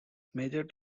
major